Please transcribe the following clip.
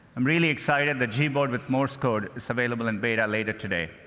i'm really excited that gboard with morse code is available in beta later today.